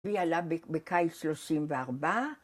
ביאללה בקיץ שלושים וארבע